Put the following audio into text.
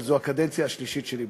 אבל זו הקדנציה השלישית שלי בכנסת.